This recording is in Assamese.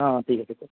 অঁ ঠিক আছে